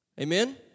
Amen